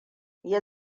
ya